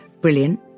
Brilliant